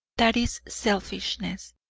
that is selfishness.